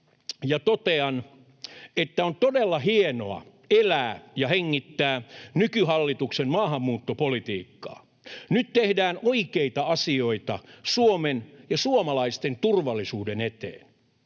totean, että on todella hienoa elää ja hengittää nykyhallituksen maahanmuuttopolitiikkaa. Nyt tehdään oikeita asioita Suomen ja suomalaisten turvallisuuden eteen.